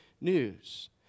news